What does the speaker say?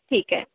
ठीक आहे